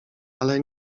ale